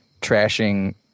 trashing –